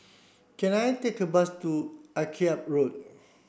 can I take a bus to Akyab Road